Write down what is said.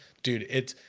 dude it